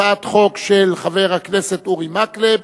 הצעת חוק של חבר הכנסת אורי מקלב,